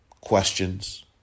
questions